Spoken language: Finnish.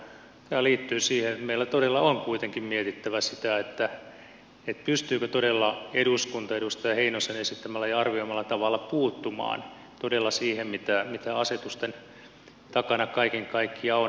tämä liittyy siihen että meidän todella on kuitenkin mietittävä sitä pystyykö todella eduskunta edustaja heinosen esittämällä ja arvioimalla tavalla puuttumaan siihen mitä asetusten takana kaiken kaikkiaan on